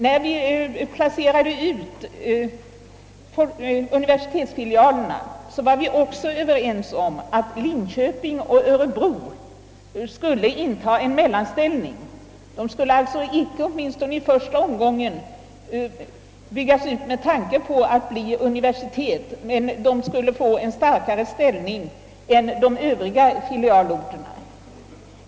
: När vi placerade ut universitetsfilialerna var vi också överens om att filialerna i Linköping och Örebro skulle inta en mellanställning och åtminstone inte i första omgången byggas .ut med tanke på att bli universitet, men väl få en starkare ställning än övriga filialer.